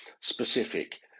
specific